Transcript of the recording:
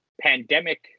pandemic